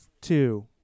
two